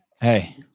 Hey